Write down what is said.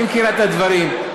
היא מכירה את הדברים.